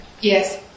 Yes